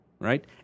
right